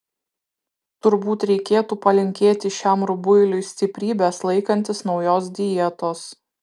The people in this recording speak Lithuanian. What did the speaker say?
turbūt reikėtų palinkėti šiam rubuiliui stiprybės laikantis naujos dietos